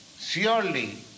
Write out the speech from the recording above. surely